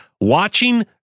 watching